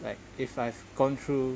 like if I've gone through